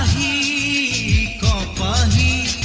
e body